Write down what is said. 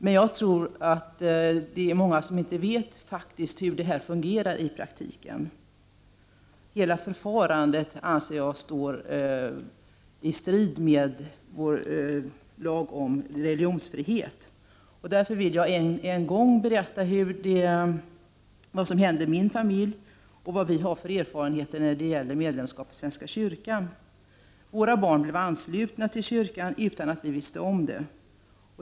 Men jag tror att många faktiskt inte vet hur det fungerar i praktiken. Hela förfarandet står enligt min mening i strid med vår lag om religionsfrihet. Därför vill jag än en gång berätta vad som hände min familj och vad vi har för erfarenheter när det gäller medlemskap i svenska kyrkan. Våra barn blev anslutna till kyrkan utan att vi visste om det.